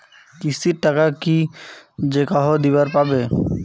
কিস্তির টাকা কি যেকাহো দিবার পাবে?